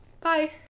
Bye